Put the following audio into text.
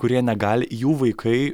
kurie negali jų vaikai